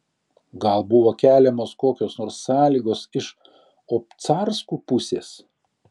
gal buvo keliamos kokios nors sąlygos iš obcarskų pusės